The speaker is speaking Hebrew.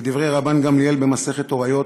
כדברי רבן גמליאל במסכת הוריות,